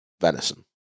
venison